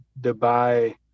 Dubai